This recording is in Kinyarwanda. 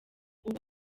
ubu